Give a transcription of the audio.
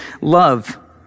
love